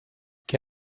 que